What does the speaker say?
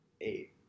eight